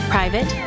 Private